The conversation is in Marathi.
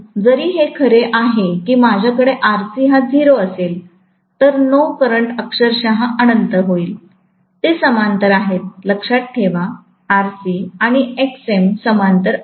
परंतु जरी हे खरे आहे की माझ्याकडे Rc हा 0 असेल तर नो लोडकरंट अक्षरशः अनंत होईल ते समांतर आहेत लक्षात ठेवा Rc आणिXm समांतर आहेत